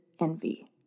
envy